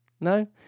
No